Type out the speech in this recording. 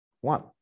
one